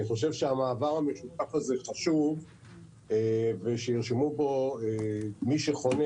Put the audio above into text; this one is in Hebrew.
אני חושב שהמעבר המשותף הזה חשוב ושירשמו פה למי שחונה,